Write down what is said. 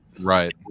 Right